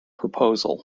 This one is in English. proposal